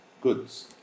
goods